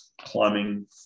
climbing